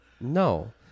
no